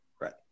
Right